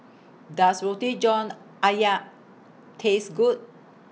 Does Roti John Ayam Taste Good